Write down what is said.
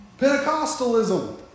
Pentecostalism